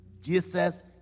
Jesus